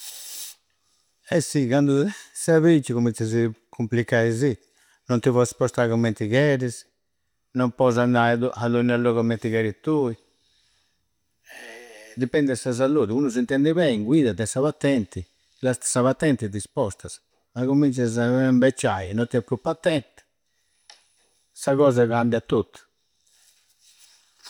Eh, sì! Candu s'è becciu cummincia si cumpliccai sì. Non ti pois spostai commenti chersi, no posi andai a. A d'ogna logu commenti cheri tui. Dippendi de sa salludi, unu s'intendi bei, guidada, tei sa pattenti. Cun sa pattenti ti spostasa. Ma cumminciasa a impeccia, no tei pru pattenti. Sa cosa cambia tottu.